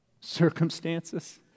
circumstances